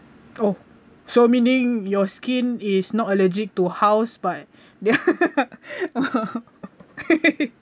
oh so meaning your skin is not allergic to house but